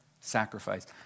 sacrifice